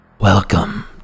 Welcome